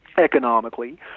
economically